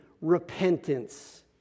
repentance